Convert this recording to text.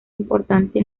importante